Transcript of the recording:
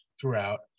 throughout